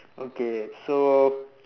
okay so